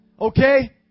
Okay